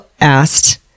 asked